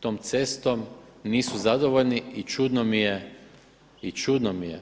tom cestom nisu zadovoljni i čudno mi je, čudno mi je